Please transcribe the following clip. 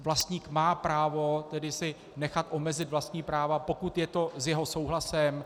Vlastník má právo nechat si omezit vlastní práva, pokud je to s jeho souhlasem.